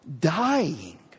dying